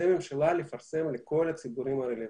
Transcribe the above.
הממשלה לפרסם לכל הציבורים הרלוונטיים.